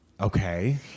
Okay